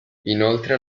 inoltre